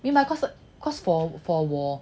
明白 cause cause for for 我